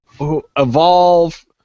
Evolve